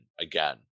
again